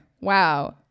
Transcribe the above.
Wow